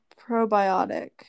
probiotic